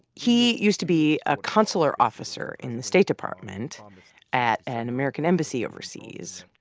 he used to be a consular officer in the state department at an american embassy overseas.